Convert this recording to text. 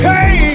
Hey